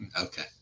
Okay